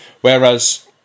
whereas